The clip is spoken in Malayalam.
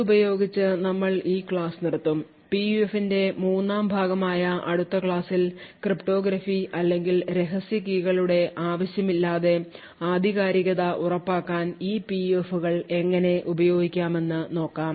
ഇതുപയോഗിച്ച് നമ്മൾ ഈ ക്ലാസ് നിർത്തും പിയുഎഫിന്റെ മൂന്നാം ഭാഗമായ അടുത്ത ക്ലാസ്സിൽ ക്രിപ്റ്റോഗ്രഫി അല്ലെങ്കിൽ രഹസ്യ കീകളുടെ ആവശ്യമില്ലാതെ ആധികാരികത ഉറപ്പാക്കാൻ ഈ പിയുഎഫുകൾ എങ്ങനെ ഉപയോഗിക്കാമെന്ന് നോക്കാം